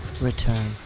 return